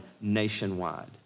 nationwide